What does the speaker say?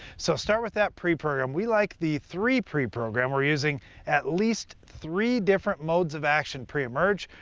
so, start with that pre program. we like the three pre program we're using at least three different modes of action pre-emerge.